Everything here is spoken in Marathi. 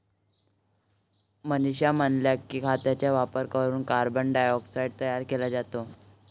मनीषा म्हणाल्या की, खतांचा वापर करून कार्बन डायऑक्साईड तयार केला जातो